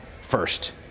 first